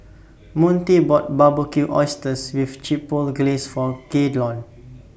Montie bought Barbecued Oysters with Chipotle Glaze For Gaylon